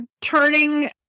turning